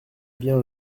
bien